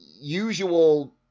Usual